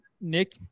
Nick